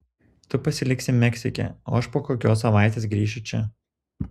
tu pasiliksi meksike o aš po kokios savaitės grįšiu čia